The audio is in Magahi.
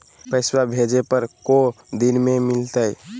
पैसवा भेजे पर को दिन मे मिलतय?